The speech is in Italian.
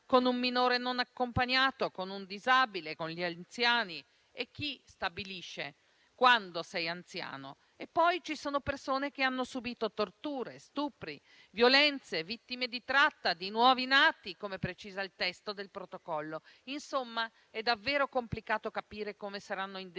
con un minore non accompagnato, con un disabile o con gli anziani (e chi stabilisce quando si è anziani?). Poi ci sono persone che hanno subito torture, stupri e violenze, le vittime di tratta, i nuovi nati, come precisa il testo del Protocollo. Insomma, è davvero complicato capire come saranno identificate